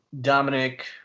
Dominic